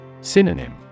Synonym